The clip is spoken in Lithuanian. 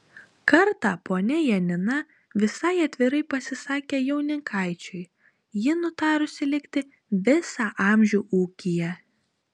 kartą ponia janina visai atvirai pasisakė jaunikaičiui ji nutarusi likti visą amžių ūkyje